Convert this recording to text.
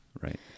Right